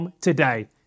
today